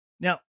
Now